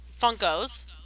funkos